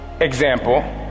example